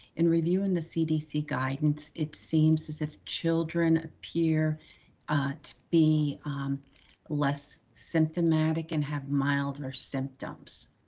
in reviewing the cdc guidance, it seems as if children appear to be less symptomatic and have milder symptoms.